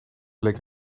bleek